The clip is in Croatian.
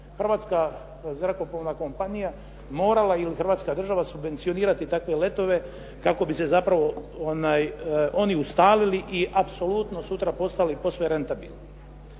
hrvatska zrakoplovna kompanija morala, ili Hrvatska država subvencionirati takve letove kako bi se zapravo oni ustalili i apsolutno sutra postali posve rentabilni.